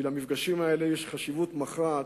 כי למפגשים האלה יש חשיבות מכרעת,